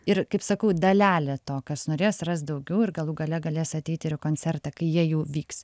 ir kaip sakau dalelė to kas norės ras daugiau ir galų gale galės ateit ir į koncertą kai jie jau vyks